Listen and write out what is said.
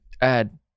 add